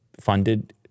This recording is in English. funded